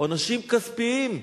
עונשים כספיים,